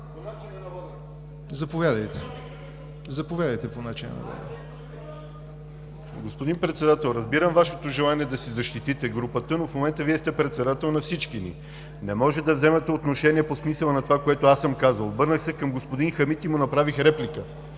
по начина на водене. (Реплики от ОП.) ХАЛИЛ ЛЕТИФОВ (ДПС): Господин председател, разбирам Вашето желание да си защитите групата, но в момента Вие сте председател на всички ни. Не може да взимате отношение по смисъла на това, което съм казал. Обърнах се към господин Хамид и му направих реплика.